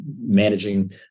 managing